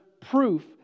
proof